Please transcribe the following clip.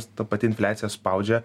ta pati infliacija spaudžia